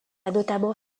notamment